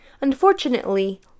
Unfortunately